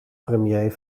premier